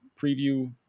preview